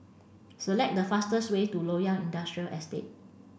select the fastest way to Loyang Industrial Estate